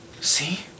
See